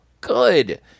good